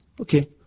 okay